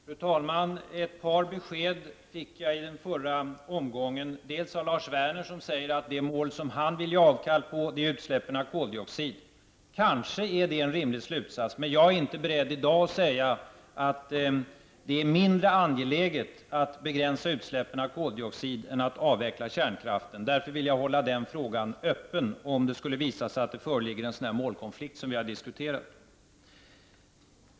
Fru talman! Ett par besked fick jag i förra omgången bl.a. av Lars Werner, som säger att det mål som han vill ge avkall på är utsläppen av koldioxid. Kanske är det en rimlig slutsats, men jag är inte beredd att i dag säga att det är mindre angeläget att begränsa utsläppen av koldioxid än att avveckla kärnkraften. Jag vill hålla den frågan öppen, om det skulle visa sig att det föreligger en målkonflikt på den här punkten.